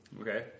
Okay